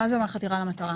חתירה למטרה